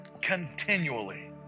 continually